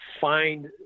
find